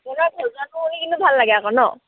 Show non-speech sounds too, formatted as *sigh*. *unintelligible* কৰি কিন্তু ভাল লাগে আকৌ ন